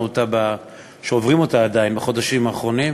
ועדיין עוברים אותה בחודשים האחרונים,